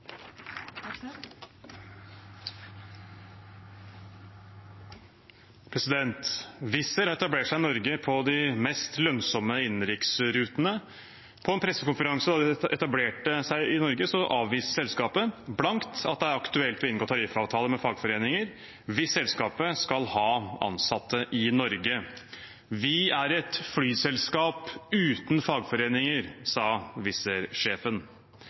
de mest lønnsomme innenriksrutene. På en pressekonferanse da de etablerte seg i Norge, avviste selskapet blankt at det er aktuelt å inngå tariffavtale med fagforeninger hvis selskapet skal ha ansatte i Norge. Vi er et flyselskap uten fagforeninger, sa